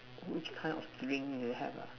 which kind of dream you have ah